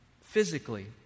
physically